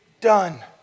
done